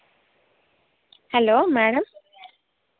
hello madam